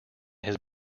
his